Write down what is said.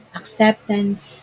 acceptance